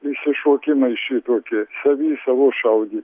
išsišokimai šitoki savi į savus šaudė